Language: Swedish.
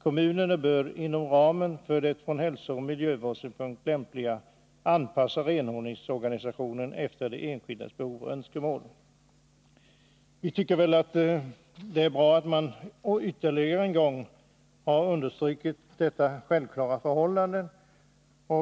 Kommunerna bör inom ramen för det från hälsooch miljövårdssynpunkt lämpliga anpassa renhållningsorganisationen efter de enskildas behov och önskemål.” Vi tycker att det är bra att man ytterligare en gång har understrukit detta självklara förhållande.